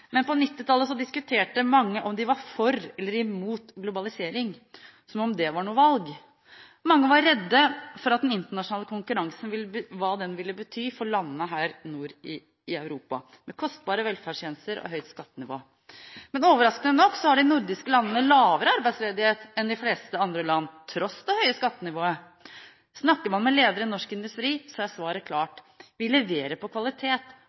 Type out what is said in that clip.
men på 1990-tallet diskuterte mange om de var for eller imot globalisering, som om det var noe valg. Mange var redde for hva den internasjonale konkurransen ville bety for landene her nord i Europa, med kostbare velferdstjenester og høyt skattenivå. Men overraskende nok har de nordiske landene lavere arbeidsledighet enn de fleste andre land, tross det høye skattenivået. Snakker man med ledere i norsk industri, er svaret klart: Vi leverer på kvalitet,